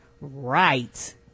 Right